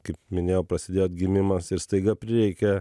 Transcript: kaip minėjau prasidėjo atgimimas ir staiga prireikia